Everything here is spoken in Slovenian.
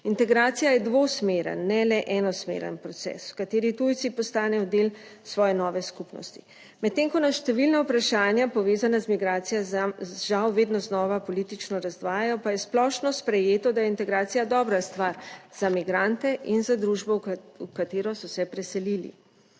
Integracija je dvosmeren, ne le enosmeren proces, v kateri tujci postanejo del svoje nove skupnosti. Medtem ko nas številna vprašanja, povezana z migracijami, žal, vedno znova politično razdvajajo, pa je splošno sprejeto, da je integracija dobra stvar za migrante in za družbo, v katero so se preselili.